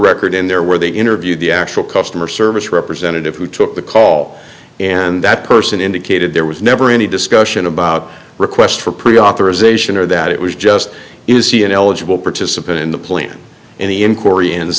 record in there where they interviewed the actual customer service representative who took the call and that person indicated there was never any discussion about request for pre authorization or that it was just you see an eligible participant in the plan